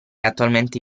attualmente